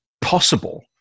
possible